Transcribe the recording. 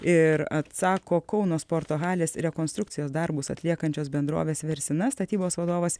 ir atsako kauno sporto halės rekonstrukcijos darbus atliekančios bendrovės versina statybos vadovas